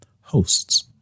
hosts